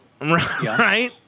Right